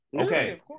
Okay